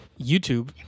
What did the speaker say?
YouTube